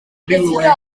rhywle